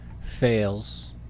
fails